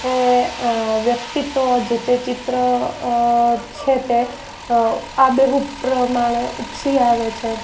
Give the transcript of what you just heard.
એ વ્યક્તિત્વ જે તે ચિત્ર છે તે આબેહૂબ પ્રમાણે ઉપસી આવે છે